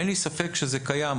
אין לי ספק שזה קיים,